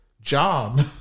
job